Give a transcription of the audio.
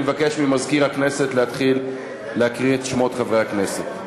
אני מבקש ממזכיר הכנסת להתחיל להקריא את שמות חברי הכנסת.